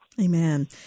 Amen